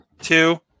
two